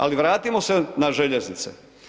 Ali, vratimo se na željeznice.